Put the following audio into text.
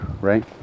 right